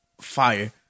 fire